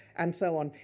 and so on.